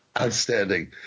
Outstanding